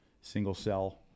single-cell